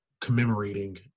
commemorating